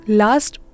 last